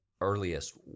earliest